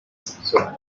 sexual